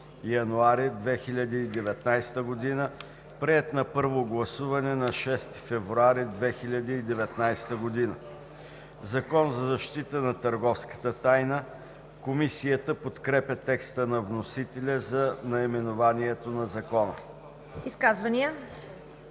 януари 2019 г., приет на първо гласуване на 6 февруари 2019 г. „Закон за защита на търговската тайна“.“ Комисията подкрепя текста на вносителя за наименованието на Закона. ПРЕДСЕДАТЕЛ